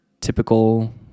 typical